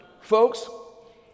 Folks